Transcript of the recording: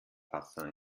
passau